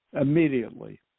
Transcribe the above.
immediately